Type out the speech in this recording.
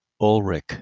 Ulrich